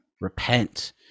repent